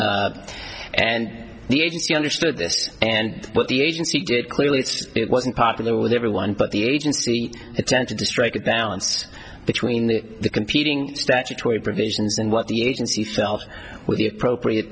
s and the agency understood this and what the agency did clearly wasn't popular with everyone but the agents attempted to strike a balance between the competing statutory provisions and what the agency felt with the appropriate